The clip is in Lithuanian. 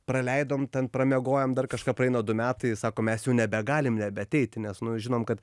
praleidom ten pramiegojom dar kažką praeina du metai sako mes jau nebegalim nebeateiti nes nu žinom kad